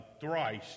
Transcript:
thrice